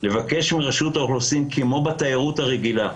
לבקש מרשות האוכלוסין, כמו בתיירות הרגילה,